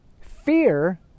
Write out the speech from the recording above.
fear